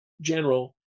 general